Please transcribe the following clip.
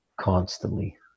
Constantly